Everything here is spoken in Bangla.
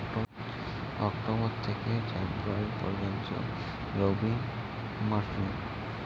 অক্টোবর থেকে ফেব্রুয়ারি পর্যন্ত রবি মৌসুম